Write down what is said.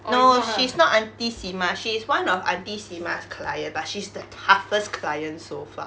no she's not aunty simah she is one of aunty simah's client but she's the toughest client so far